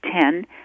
ten